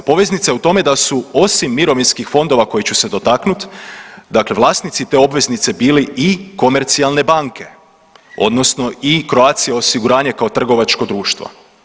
Poveznica je da su osim mirovinskih fondova kojih ću se dotaknut dakle vlasnici te obveznice bili i komercijalne banke odnosno i Croatia osiguranje kao trgovačko društvo.